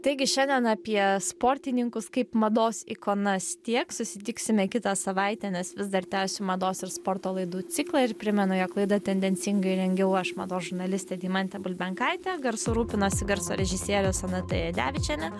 taigi šiandien apie sportininkus kaip mados ikonas tiek susitiksime kitą savaitę nes vis dar tęsiu mados ir sporto laidų ciklą ir primenu jog laidą tendencingai rengiau aš mados žurnalistė deimantė bulbenkaitė garsu rūpinosi garso režisierė sonata jadevičienė